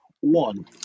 one